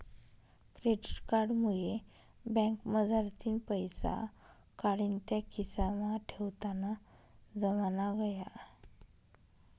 credit card मुये बँकमझारतीन पैसा काढीन त्या खिसामा ठेवताना जमाना गया